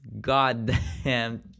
goddamn